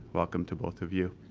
welcome to both of you.